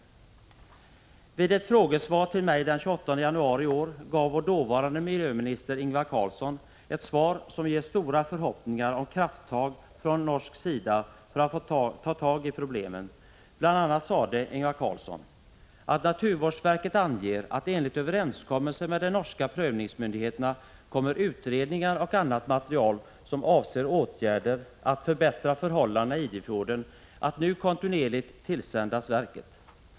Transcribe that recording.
Vid ett frågesvar till mig den 28 januari i år gav vår dåvarande miljöminister Ingvar Carlsson ett svar, som ger stora förhoppningar om krafttag från norsk sida för att ta tag i problemen. Ingvar Carlsson sade bl.a.: ”Naturvårdsverket anger att enligt överenskommelse med den norska prövningsmyndigheten kommer utredningar och annat material som avser åtgärder att förbättra förhållandena i Idefjorden att nu kontinuerligt 79 tillsändas verket.